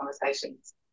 conversations